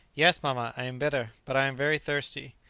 yes, mamma, i am better but i am very thirsty.